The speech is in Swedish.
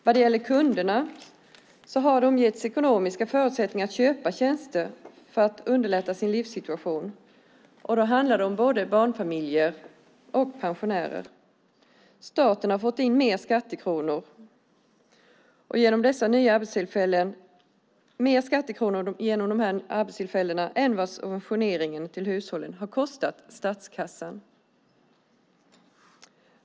Vad gäller kunderna har de getts ekonomiska förutsättningar att köpa tjänster för att underlätta sin livssituation, och då handlar det om både barnfamiljer och pensionärer. Staten har fått in mer skattekronor genom de här arbetstillfällena än vad subventioneringen till hushållen har kostat statskassan.